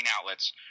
outlets